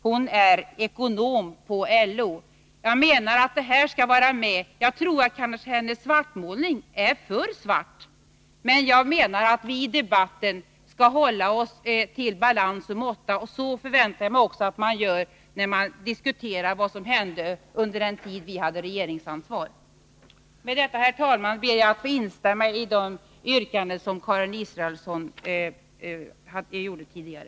Hon är ekonom på LO. Jag menar att detta skall vara med. Jag tror att hennes svartmålning kanske är för svart, men jag menar att vi i debatten skall hålla oss till balans och måtta, och så förväntar jag mig också att man gör när man diskuterar vad som hände under den tid vi hade regeringsansvar. Med detta, herr talman, ber jag att få instämma i de yrkanden somi Karin Israelsson gjorde tidigare.